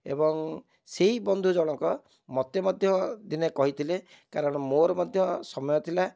ଏବଂ ସେହି ବନ୍ଧୁ ଜଣଙ୍କ ମୋତେ ମଧ୍ୟ ଦିନେ କହିଥିଲେ କାରଣ ମୋର ମଧ୍ୟ ସମୟ ଥିଲା